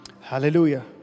Hallelujah